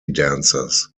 dancers